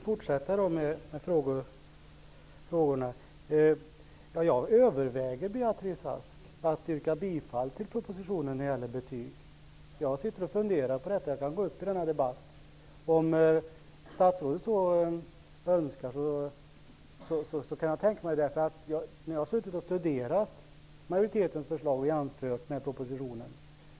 Herr talman! Jag överväger att yrka bifall till propositionen när det gäller betyg, Beatrice Ask. Jag sitter och funderar på det. Jag kan gå upp och tala i denna debatt. Om statsrådet så önskar kan jag tänka mig det. Jag har studerat majoritetens förslag och jämfört det med förslaget i propositionen.